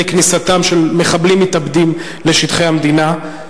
כניסתם של מחבלים מתאבדים לשטחי המדינה.